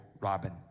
Robin